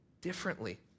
differently